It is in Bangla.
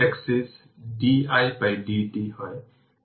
সমস্ত ইন্ডাক্টর সিরিজ ইন্ডাক্টরের জন্য একটি ইকুইভ্যালেন্ট সার্কিট যোগ করে